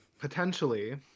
potentially